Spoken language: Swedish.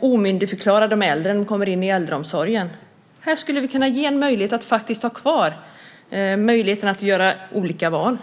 omyndigförklarat de äldre, de kommer in i äldreomsorgen. Här skulle vi faktiskt kunna ha kvar möjligheten till olika val.